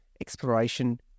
exploration